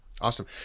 Awesome